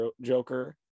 joker